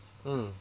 mm